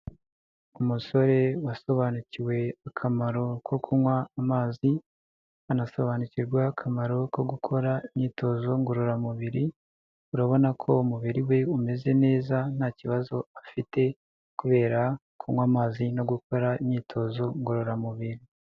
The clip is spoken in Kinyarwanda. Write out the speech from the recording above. Umusore wasobanukiwe akamaro ko kunywa amazi, anasobanukirwa akamaro ko gukora imyitozo ngororamubiri, urabona ko umubiri we umeze neza nta kibazo afite kubera kunywa amazi no gukora imyitozo ngororamubiri.